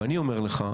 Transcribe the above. אבל אני אומר לך,